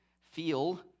feel